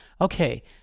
okay